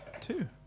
two